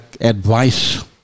advice